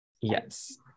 Yes